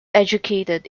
educated